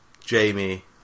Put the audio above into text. Jamie